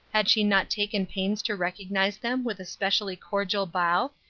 had she not taken pains to recognize them with a specially cordial bow,